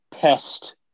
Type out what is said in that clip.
pest